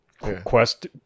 Quest